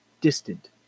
distant